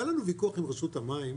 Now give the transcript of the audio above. היה לנו ויכוח עם רשות המים,